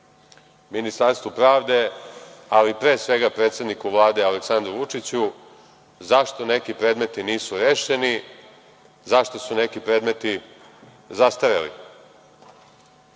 Ministarstvu pravde, ali pre svega predsedniku Vlade Aleksandru Vučiću, zašto neki predmeti nisu rešeni, zašto su neki predmeti zastareli. Iz